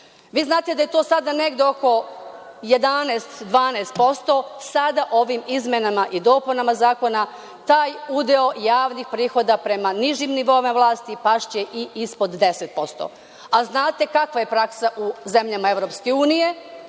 Vi znate da je to sada negde oko 11-12%, sada ovim izmenama i dopunama zakona taj udeo javnih prihoda prema nižim nivoima vlasti pašće i ispod 10%.Znate kakva je praksa u zemljama EU,